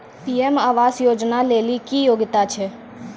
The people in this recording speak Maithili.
पी.एम आवास योजना लेली की योग्यता छै?